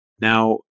Now